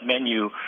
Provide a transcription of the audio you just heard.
menu